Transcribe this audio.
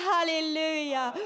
Hallelujah